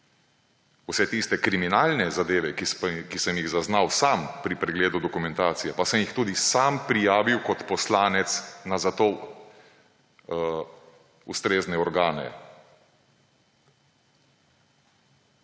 Vse tiste kriminalne zadeve, ki sem jih zaznal sam pri pregledu dokumentacije, pa sem jih tudi sam prijavil kot poslanec na za to ustrezne organe.